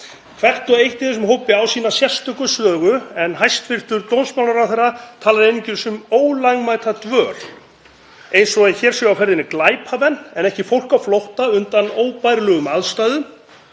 Hvert og eitt í þessum hópi á sína sérstöku sögu en hæstv. dómsmálaráðherra talaði einungis um ólögmæta dvöl eins og að hér séu á ferð glæpamenn en ekki fólk á flótta undan óbærilegum aðstæðum,